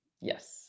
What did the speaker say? Yes